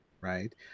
right